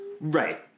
Right